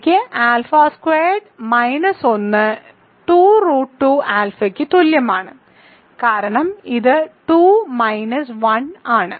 എനിക്ക് alpha squared minus 1 2 root 2 ആൽഫയ്ക്ക് തുല്യമാണ് കാരണം ഇത് 2 മൈനസ് 1 ആണ്